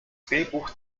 drehbuch